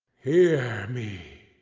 hear me!